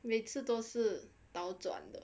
每次都是倒转的